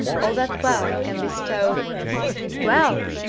all that wealth can bestow wealth!